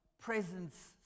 presence